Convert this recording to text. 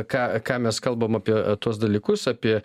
ką ką mes kalbam apie tuos dalykus apie